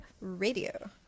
Radio